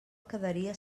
quedaria